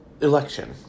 election